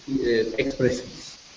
expressions